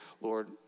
Lord